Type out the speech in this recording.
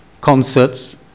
concerts